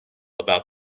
about